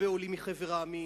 עולים מחבר המדינות,